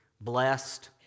blessed